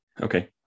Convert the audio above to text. Okay